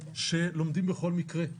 שלומדים בכל מקרה.